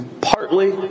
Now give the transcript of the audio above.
partly